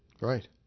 Right